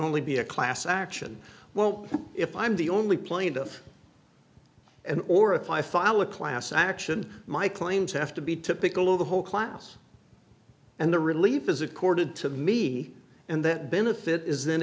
only be a class action well if i'm the only plaintiff and or if i file a class action my claims have to be typical of the whole class and the relief is accorded to me and that benefit is then